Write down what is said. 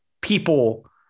people